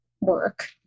work